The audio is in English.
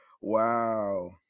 Wow